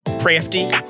crafty